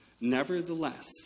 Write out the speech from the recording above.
Nevertheless